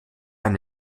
ein